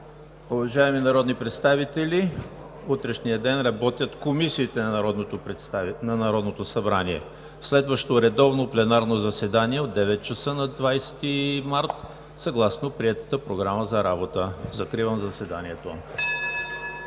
Уважаеми народни представители, през утрешния ден ще работят комисиите на Народното събрание. Следващото редовно пленарно заседание ще е на 20 март 2020 г. от 9,00 ч. съгласно приетата програма за работа. Закривам заседанието.